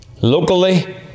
locally